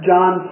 John